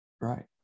right